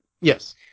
Yes